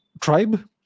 tribe